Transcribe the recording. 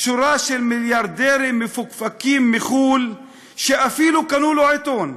שורה של מיליארדרים מפוקפקים מחו"ל שאפילו קנו לו עיתון.